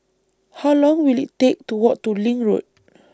How Long Will IT Take to Walk to LINK Road